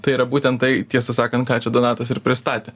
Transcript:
tai yra būtent tai tiesą sakant ką čia donatas ir pristatė